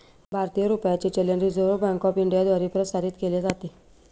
भारतीय रुपयाचे चलन रिझर्व्ह बँक ऑफ इंडियाद्वारे प्रसारित केले जाते